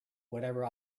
whatever